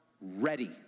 ready